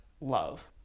love